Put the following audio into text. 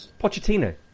Pochettino